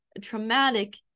traumatic